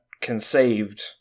conceived